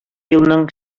елның